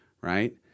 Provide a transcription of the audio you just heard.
right